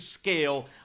scale